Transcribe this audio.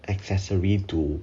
accessory to